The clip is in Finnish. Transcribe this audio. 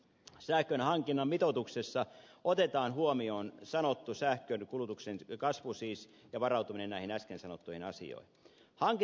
sähkönhankinnan mitoituksessa otetaan huomioon sanottu sähkönkulutuksen kasvu siis ja varautuminen näihin äsken sanottuihin asioihin